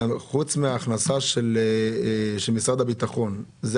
חוץ מההכנסה של משרד הביטחון,